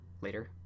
later